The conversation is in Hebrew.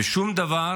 ושום דבר